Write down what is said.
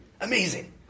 Amazing